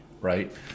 right